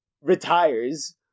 retires